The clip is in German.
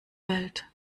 welt